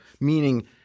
Meaning